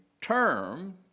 term